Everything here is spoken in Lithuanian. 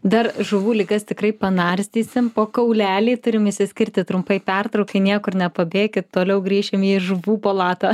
dar žuvų ligas tikrai panardysim po kaulelį turim išsiskirti trumpai pertraukai niekur nepabėkit toliau grįšim į žuvų palatą